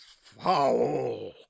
foul